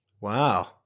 Wow